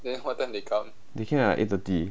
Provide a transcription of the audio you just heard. they came at like eight thirty